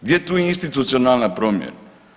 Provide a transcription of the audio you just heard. Gdje je tu institucionalna promjena?